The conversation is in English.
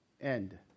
end